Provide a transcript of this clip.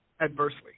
adversely